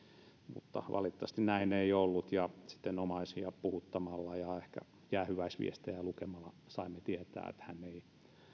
mutta valitettavasti näin ei ollut ja sitten omaisia puhuttamalla ja ehkä jäähyväisviestejä lukemalla saimme tietää että